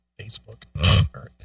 Facebook